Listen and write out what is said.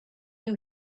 you